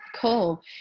Cool